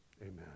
Amen